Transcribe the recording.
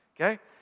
okay